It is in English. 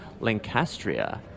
Lancastria